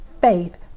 faith